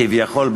כביכול,